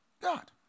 God